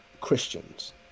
Christians